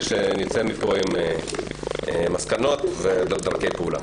מאוד שנצא מפה עם מסקנות ודרכי פעולה.